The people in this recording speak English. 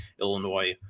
Illinois